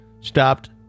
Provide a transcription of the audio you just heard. stopped